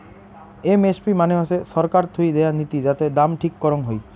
MSP মানে হসে ছরকার থুই দেয়া নীতি যাতে দাম ঠিক করং হই